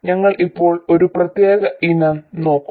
ഞങ്ങൾ ഇപ്പോൾ ഒരു പ്രത്യേക ഇനം നോക്കും